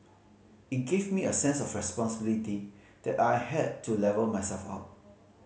it gave me a sense of responsibility that I had to level myself up